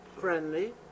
Friendly